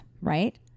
right